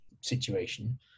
situation